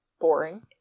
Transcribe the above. boring